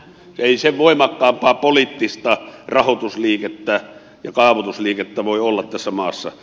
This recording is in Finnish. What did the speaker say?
ei sen voimakkaampaa poliittista rahoitusliikettä ja kaavoitusliikettä voi olla tässä maassa